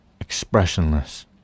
expressionless